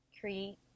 create